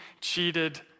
cheated